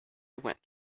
went